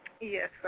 Yes